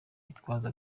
gitwaza